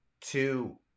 Two